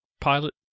pilot